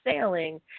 sailing